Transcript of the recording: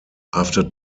after